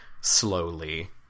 slowly